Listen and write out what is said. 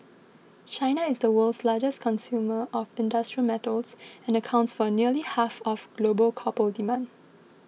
China is the world's largest consumer of industrial metals and accounts for nearly half of global copper demand